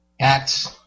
acts